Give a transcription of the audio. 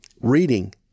Reading